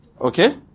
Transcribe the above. Okay